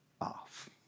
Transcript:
off